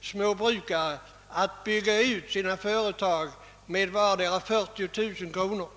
småbrukare att utvidga sina företag för vardera 40 000 kronor?